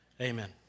amen